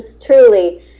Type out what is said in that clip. truly